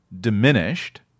diminished